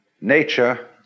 nature